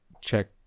check